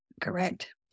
Correct